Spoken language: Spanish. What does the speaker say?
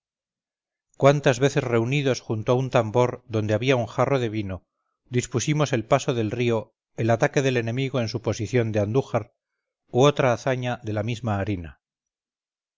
cuántas veces reunidos junto a un tambor donde había un jarro de vino dispusimos el paso del río el ataque del enemigo en su posición de andújar u otra hazaña de la misma harina